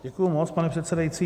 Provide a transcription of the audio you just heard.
Děkuji moc, pane předsedající.